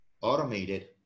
automated